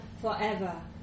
forever